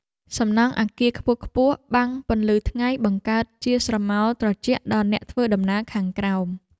សំណង់អគារខ្ពស់ៗបាំងពន្លឺថ្ងៃបង្កើតជាស្រមោលត្រជាក់ដល់អ្នកធ្វើដំណើរខាងក្រោម។